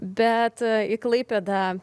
bet į klaipėdą